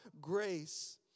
grace